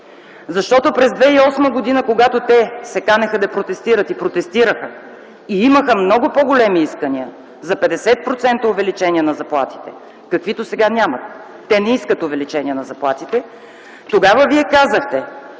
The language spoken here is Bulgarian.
Защото през 2008 г., когато те се канеха да протестират и протестираха, и имаха много по-големи искания – за 50% увеличение на заплатите, каквито сега нямат - не искат увеличение на заплатите, Вие казахте,